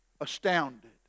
astounded